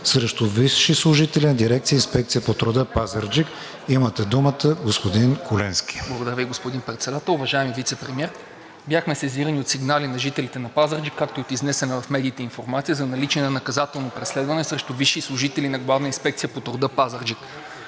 срещу висши служители на дирекция „Инспекция по труда“ – Пазарджик. Имате думата, господин Куленски. ПЕТЪР КУЛЕНСКИ (Продължаваме Промяната): Благодаря, господин Председател. Уважаеми Вицепремиер, бяхме сезирани от сигнали на жителите на Пазарджик, както и от изнесена в медиите информация, за наличие на наказателно преследване срещу висши служители на „Главна инспекция по труда“ – Пазарджик.